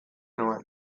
nuen